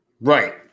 Right